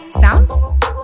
sound